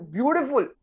Beautiful